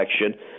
election